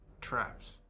traps